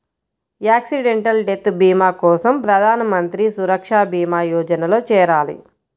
accidental death భీమా కోసం ప్రధాన్ మంత్రి సురక్షా భీమా యోజనలో చేరాలి